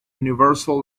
universal